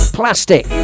plastic